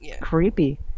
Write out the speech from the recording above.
creepy